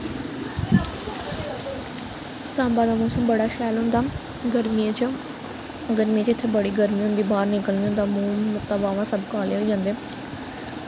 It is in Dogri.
साम्बा दा मौसम बड़ा शैल होंदा गर्मियें च गर्मियें च इत्थै बड़ी गर्मी होंदी बाह्र निकलन नि होंदा मूंह लत्तां बाह्मां सब काले होई जन्दे